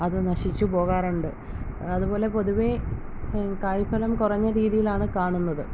അത് നശിച്ചു പോകാറുണ്ട് അതുപോലെ പൊതുവേ കായി ഫലം കുറഞ്ഞ രീതിയിലാണ് കാണുന്നത്